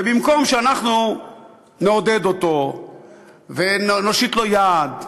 ובמקום שאנחנו נעודד אותו ונושיט לו יד,